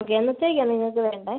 okay എന്നത്തേക്കാണ് നിങ്ങൾക്ക് വേണ്ടത്